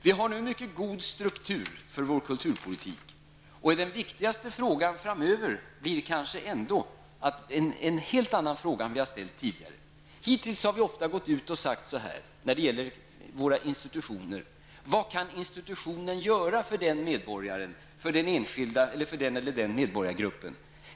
Vi har nu en mycket god struktur för vår kulturpolitik, och den viktigaste frågan framöver är kanske ändå en helt annan än den vi har ställt tidigare. Hittills har vi ofta när det gäller våra institutioner gått ut och frågat: Vad kan institutionen göra för den medborgaren, för den enskilde eller för den eller den medborgargruppen?